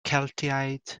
celtiaid